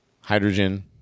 Hydrogen